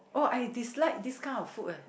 oh I dislike this kind of food eh